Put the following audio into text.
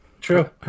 True